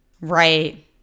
Right